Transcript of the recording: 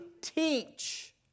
teach